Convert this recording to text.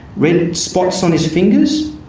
red spots on his fingers,